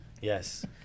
Yes